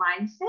mindset